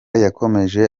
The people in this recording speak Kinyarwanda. yakomeje